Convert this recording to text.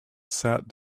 sat